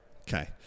Okay